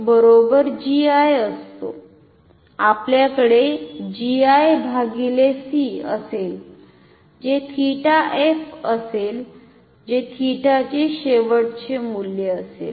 तर आपल्याकडे G I भागिले c असेल जे 𝜃f असेल जे 𝜃 चे शेवटचे मूल्य असेल